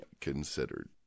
considered